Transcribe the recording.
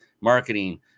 marketing